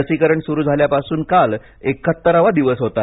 लसीकरण सुरु झाल्यापासून काल एकाहत्तारावा दिवस होता